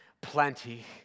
plenty